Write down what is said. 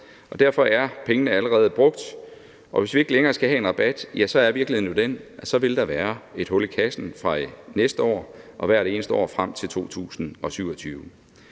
Derfor er pengene allerede brugt, og hvis vi ikke længere skal have en rabat, er virkeligheden den, at der vil være et hul i kassen fra næste år og hvert eneste år frem til 2027.